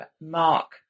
mark